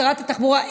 שרת התחבורה,